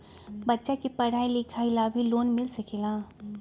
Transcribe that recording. बच्चा के पढ़ाई लिखाई ला भी लोन मिल सकेला?